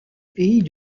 pays